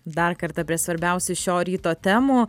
dar kartą prie svarbiausių šio ryto temų